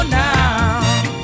now